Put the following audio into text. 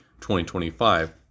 2025